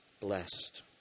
blessed